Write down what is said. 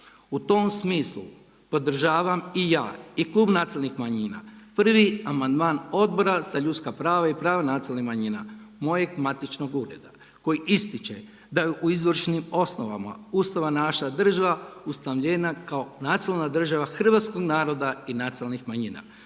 U tom smislu podržavam i ja i Klub nacionalnih manjina prvi amandman Odbora za ljudska prava i prava nacionalnih manjina, mojeg matičnog ureda koji ističe da u izvršnim osnovama Ustava naša država ustanovljena kao nacionalna država hrvatskog naroda i nacionalnih manjina